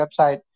website